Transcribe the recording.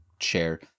share